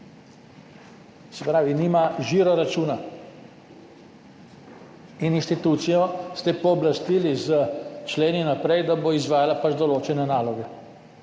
se pravi, nima žiroračuna. In institucijo ste pooblastili s členi naprej, da bo izvajala določene naloge.